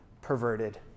perverted